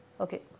okay